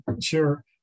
sure